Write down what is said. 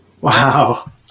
wow